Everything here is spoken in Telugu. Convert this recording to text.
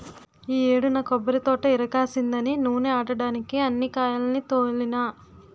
ఈ యేడు నా కొబ్బరితోట ఇరక్కాసిందని నూనే ఆడడ్డానికే అన్ని కాయాల్ని తోలినా